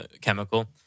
chemical